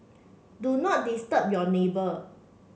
do not disturb your neighbour